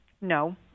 No